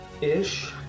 ish